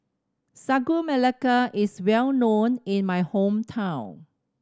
Sagu Melaka is well known in my hometown